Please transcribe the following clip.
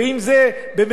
ואם זה במרומז,